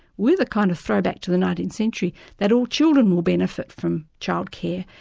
with a kind of throwback to the nineteenth century, that all children will benefit from childcare,